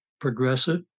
progressive